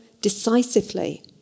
decisively